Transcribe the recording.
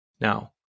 Now